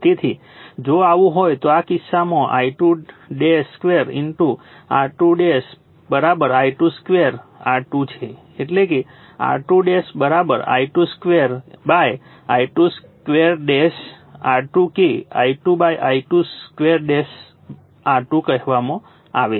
તેથી જો આવું હોય તો આ કિસ્સામાં I22 R2 I22 R2 છે એટલે કે R2 I22 I22 R2 કે I2 I22 R2 કહેવામાં આવે છે